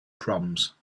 proms